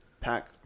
pack